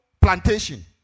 plantation